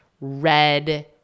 red